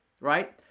right